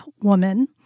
woman